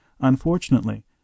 Unfortunately